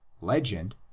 legend